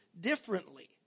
differently